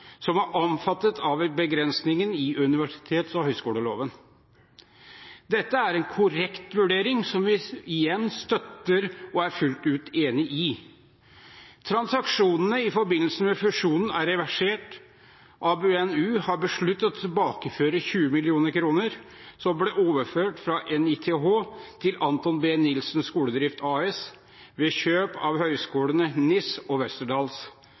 som er omfattet av begrensningen i universitets- og høyskoleloven. Dette er en korrekt vurdering, som vi igjen støtter og er fullt ut enig i. Transaksjonene i forbindelse med fusjonen er reversert. ABNU har besluttet å tilbakeføre 20 mill. kr som ble overført fra NITH til Anthon B Nilsen Skoledrift AS ved kjøp av høyskolene NISS og